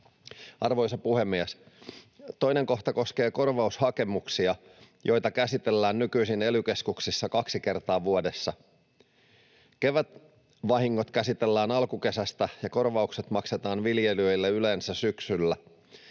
Arvoisa puhemies! Toinen kohta koskee korvaushakemuksia, joita käsitellään nykyisin ely-keskuksissa kaksi kertaa vuodessa. Kevätvahingot käsitellään alkukesästä ja korvaukset maksetaan viljelijöille yleensä syksyllä.